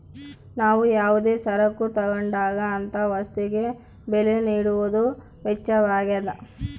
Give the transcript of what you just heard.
ನಾವು ಯಾವುದೇ ಸರಕು ತಗೊಂಡಾಗ ಅಂತ ವಸ್ತುಗೆ ಬೆಲೆ ನೀಡುವುದೇ ವೆಚ್ಚವಾಗ್ಯದ